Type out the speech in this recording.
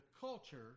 culture